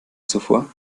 zuvor